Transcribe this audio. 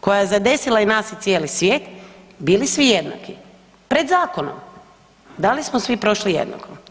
koja je zadesila nas i cijeli svijet bili svi jednaki pred zakonom, da li smo svi prošli jednako?